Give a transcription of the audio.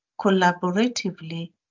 collaboratively